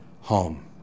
home